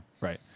Right